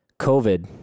COVID